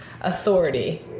authority